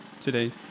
today